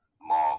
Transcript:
more